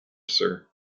sir